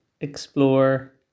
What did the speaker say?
explore